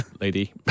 lady